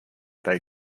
they